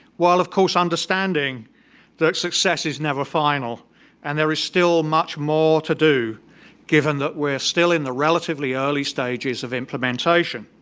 while of course understanding that success is never final and there is still much more to do given that we're still in the relatively early stages of implementation.